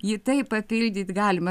jį taip papildyt galima